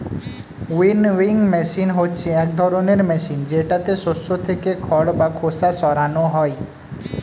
winnowing machine হচ্ছে এক ধরনের মেশিন যেটাতে শস্য থেকে খড় বা খোসা সরানো হয়